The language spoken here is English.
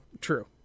True